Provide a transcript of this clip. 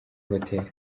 hoteli